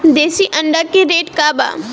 देशी अंडा का रेट बा?